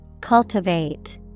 Cultivate